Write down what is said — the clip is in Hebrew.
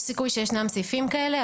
יש סיכוי שישנם סעיפים כאלה,